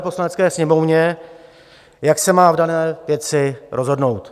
Poslanecké sněmovně, jak se má v dané věci rozhodnout.